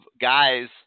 guys